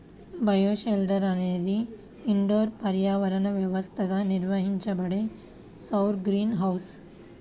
bioshelter అనేది indoor పర్యావరణ వ్యవస్థగా నిర్వహించబడే సౌర గ్రీన్ హౌస్